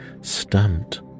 stamped